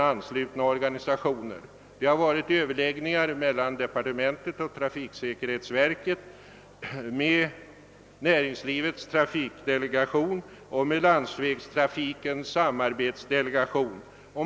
Den är dagtecknad den 28 maj. Överläggningar har ägt rum mellan departementet och trafiksäkerhetsverket, med Näringslivets trafikdelegation och med Landsvägstrafikens samarbetsdelegation.